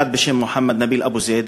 אחד בשם מוחמד נביל אבו זייד,